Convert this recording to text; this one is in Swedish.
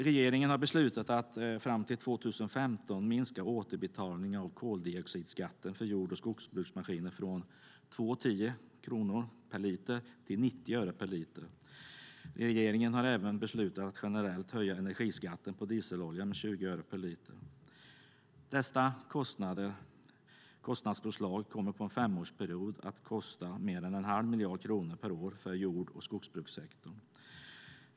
Regeringen har beslutat att fram till 2015 minska återbetalningen av koldioxidskatten för jord och skogsbruksmaskiner från 2:10 kronor per liter till 90 öre per liter. Regeringen har även beslutat att generellt höja energiskatten på dieselolja med 20 öre per liter. Dessa kostnadspåslag kommer på en femårsperiod att kosta mer än en halv miljard kronor per år för jord och skogsbrukssektorn.